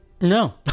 No